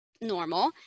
normal